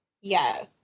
Yes